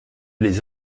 les